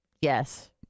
yes